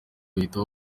uhita